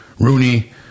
Rooney